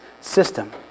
system